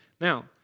Now